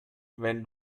wenn